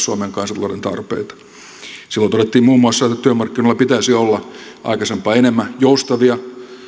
suomen kansantalouden tarpeita silloin todettiin muun muassa että työmarkkinoilla pitäisi olla aikaisempaa enemmän joustavia